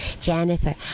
Jennifer